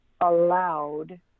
allowed